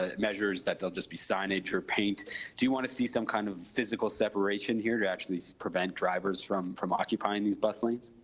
ah measures that they'll just be signage or paint do you want to see some kind of physical separation here to actually prevent drivers from from occupying these bus lanes